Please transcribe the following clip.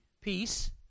peace